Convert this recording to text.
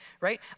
right